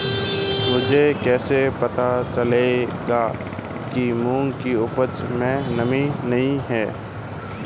मुझे कैसे पता चलेगा कि मूंग की उपज में नमी नहीं है?